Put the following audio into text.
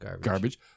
Garbage